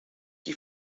qui